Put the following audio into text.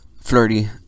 flirty